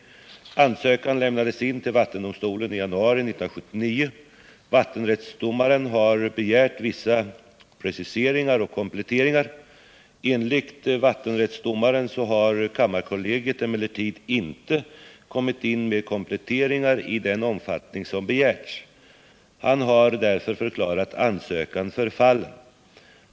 Ansökan lämnades in till vattendomstolen i januari 1979. Vattenrättsdomaren har begärt vissa preciseringar och kompletteringar. Enligt vattenrättsdomaren har kammarkollegiet emellertid inte kommit in med kompletteringar i den omfattning som begärts. Han har därför förklarat ansökan förfallen.